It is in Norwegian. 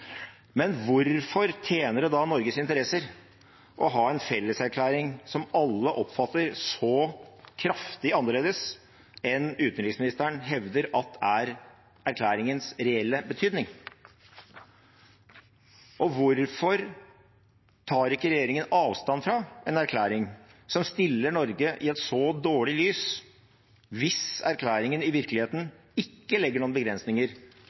men hvorfor tjener det da Norges interesser å ha en felleserklæring som alle oppfatter så kraftig annerledes enn utenriksministeren hevder at er erklæringens reelle betydning? Og hvorfor tar ikke regjeringen avstand fra en erklæring som stiller Norge i et så dårlig lys, hvis erklæringen i virkeligheten ikke legger noen begrensninger